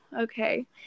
okay